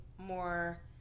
more